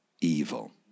evil